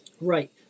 Right